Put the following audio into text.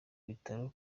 bitaro